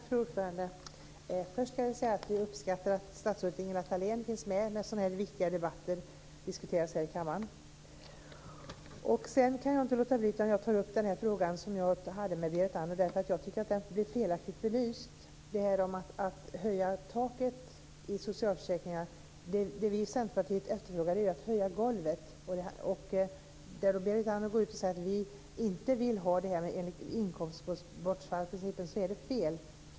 Fru talman! Först vill jag säga att jag uppskattar att statsrådet Ingela Thalén finns med när sådana här viktiga ärenden diskuteras i kammaren. Sedan kan jag inte låta bli att ta upp den fråga som jag diskuterade med Berit Andnor om att höja taket i socialförsäkringarna. Det som vi i Centerpartiet vill är att höja golvet. Berit Andnor säger att vi inte vill ha det enligt inkomstbortfallsprincipen, men det är fel.